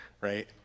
right